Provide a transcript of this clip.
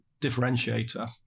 differentiator